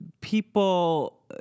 people